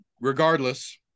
regardless